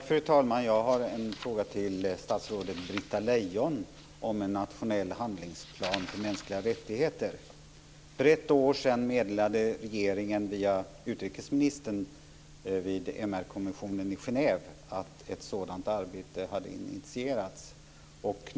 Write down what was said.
Fru talman! Jag har en fråga till statsrådet Britta Lejon om en nationell handlingsplan för mänskliga rättigheter. För ett år sedan meddelade regeringen via utrikesministern vid MR-kommissionen i Genève att ett sådant arbete hade initierats.